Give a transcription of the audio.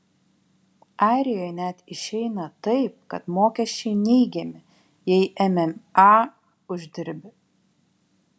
airijoje net išeina taip kad mokesčiai neigiami jei mma uždirbi